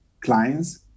clients